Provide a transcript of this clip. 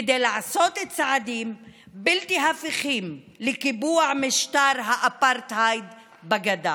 כדי לעשות צעדים בלתי הפיכים לקיבוע משטר האפרטהייד בגדה.